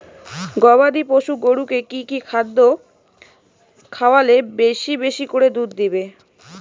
গবাদি পশু গরুকে কী কী খাদ্য খাওয়ালে বেশী বেশী করে দুধ দিবে?